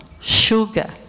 sugar